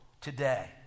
today